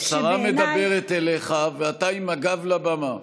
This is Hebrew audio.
השרה מדברת אליך ואתה עם הגב לבמה.